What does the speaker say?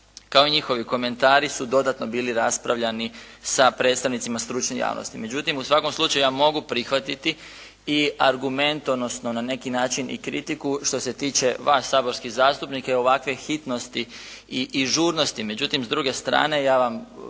kao i njihovi komentari su dodatno bili raspravljani sa predstavnicima stručne javnosti. Međutim u svakom slučaju ja mogu prihvatiti i argument odnosno na neki način i kritiku što se tiče vas saborskih zastupnika i ovakve hitnosti i žurnosti. Međutim s druge strane ja vam